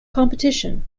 competition